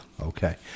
Okay